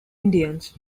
indians